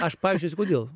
aš paaiškinsiu kodėl